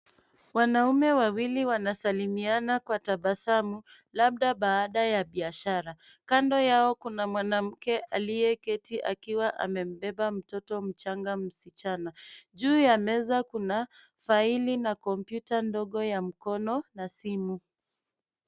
Wanaume wawili wanasalimiana kwa tabasamu, labda baada ya biashara. Kando yao kuna mwanamke aliyeketi akiwa amembeba mtoto mchanga msichana. Juu ya meza kuna faili na kompyuta ndogo ya mkono na simu.